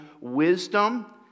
wisdom